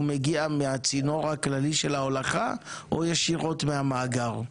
הוא מגיע מהצינור הכללי של ההולכה או ישירות מהמאגר?